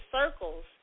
circles